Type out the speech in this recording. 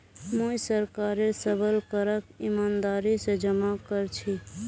मुई सरकारेर सबल करक ईमानदारी स जमा कर छी